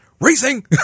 racing